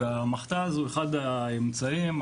והמכת"ז הוא אחד האמצעים,